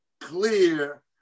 clear